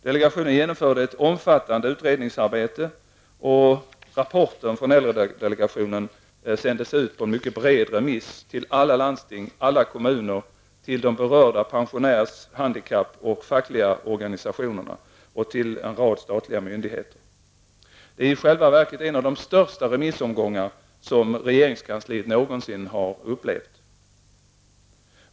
Delegationen utförde ett omfattande utredningsarbete, och rapporten från äldredelegationen sändes ut på en mycket bred remiss till landstingen, till alla kommuner, de berörda pensionärs handikapp och fackorganisationerna och till en rad statliga myndigheter. Det är i själva verket en av de största remissomgångar som regeringskansliet någonsin har genomfört.